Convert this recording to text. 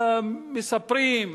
מספרים,